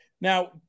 Now